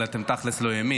אבל תכלס אתם לא ימין.